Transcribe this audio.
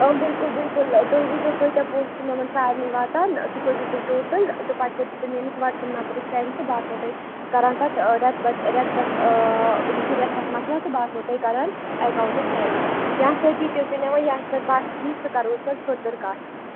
اۭں بِلکُل بِلکُل تُہۍ وٕچھ زیٚو کٲتیاہ پوٛنٛسہٕ چھِ یِمن سارنٕے واتان سُہ کٔرزیٚو تُہۍ ٹوٹل تہٕ پَتتہِ کٔرزیٚو تُہۍ میٲنِس وٹس ایٚپ نمبرس سیٚنڈ تہٕ بہٕ آسو تۄہہِ کَران ریٚتہٕ پَتہٕ ریٚتہٕ پَتہٕ یُتھُے ریٚتھ آسہِ مکلان بہٕ آسو توٚہہِ کران پتہٕ اکونٛٹس سیٚنڑ یا سۭتی تہِ ٲسِو نِوان یا یہِ باسہِ اسہِ ٹھیٖک سُہ کَرو أسۍ پتہٕ فٔردر کَتھ